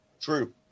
True